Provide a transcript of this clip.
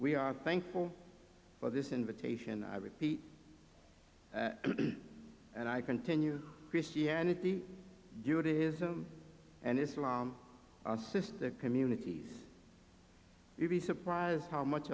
we are thankful for this invitation i repeat and i continue christianity judaism and islam our sister communities would be surprised how much